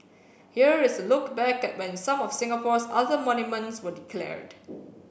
here is a look back at when some of Singapore's other monuments were declared